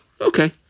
Okay